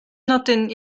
nodyn